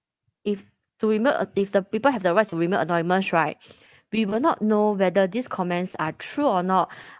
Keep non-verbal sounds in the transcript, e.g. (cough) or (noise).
if to rema~ uh if the people have the rights to remain anonymous right (breath) we will not know whether these comments are true or not